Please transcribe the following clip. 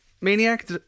Maniac